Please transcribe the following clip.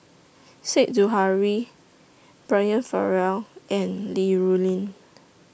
Said Zahari Brian Farrell and Li Rulin